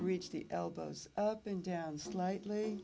reach the elbows up and down slightly